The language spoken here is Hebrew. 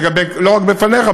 לא רק בפניך,